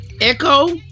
Echo